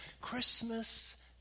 Christmas